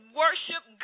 worship